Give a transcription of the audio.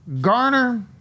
Garner